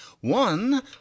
one